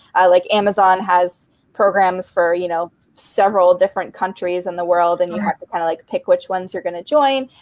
like amazon has programs for you know several different countries in the world and you have to kind of like pick which ones you're going to join.